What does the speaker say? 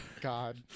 God